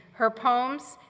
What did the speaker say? her poems,